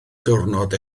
diwrnod